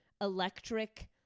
electric